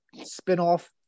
spinoff